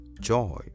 joy